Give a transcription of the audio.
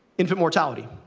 infant mortality.